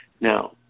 Now